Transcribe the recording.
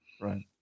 right